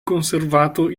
conservato